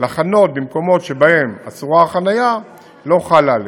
לחנות במקומות שבהם אסורה החניה לא חלה עליהם.